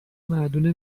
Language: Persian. مردونه